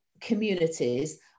communities